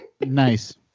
nice